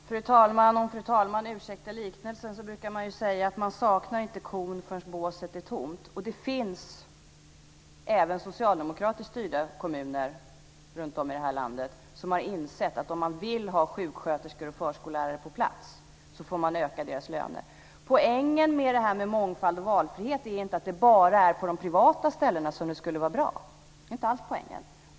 Fru talman! Om fru talman ursäktar liknelsen så brukar man säga att man inte saknar kon förrän båset är tomt. Det finns även socialdemokratiskt styrda kommuner runtom i det här landet som har insett att man, om man vill ha sjuksköterskor och förskollärare på plats, får öka deras löner. Poängen med det här med mångfald och valfrihet är inte att det bara är på de privata ställena som det ska vara bra. Det är inte alls poängen.